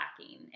lacking